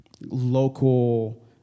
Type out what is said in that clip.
local